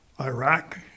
Iraq